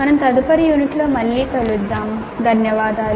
మేము తదుపరి యూనిట్లో మళ్ళీ కలుస్తాము ధన్యవాదాలు